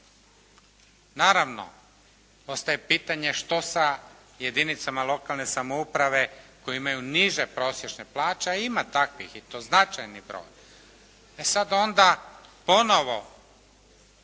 Naravno, ostaje pitanje što sa jedinicama lokalne samouprave koji imaju niže prosječne plaće a ima takvih i to značajni broj. E sada onda ponovo